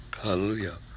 Hallelujah